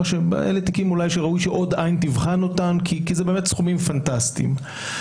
שאלה תיקים שראוי שעוד עין תבחן כי מדובר בסכומים פנטסטיים.